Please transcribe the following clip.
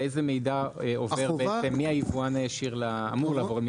ואיזה מידע אמור לעבור מהיבואן הישיר למכס?